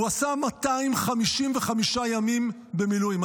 הוא עשה 255 ימים במילואים.